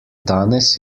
danes